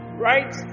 right